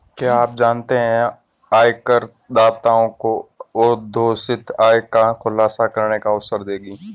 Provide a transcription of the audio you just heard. क्या आप जानते है आयकरदाताओं को अघोषित आय का खुलासा करने का अवसर देगी?